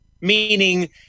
Meaning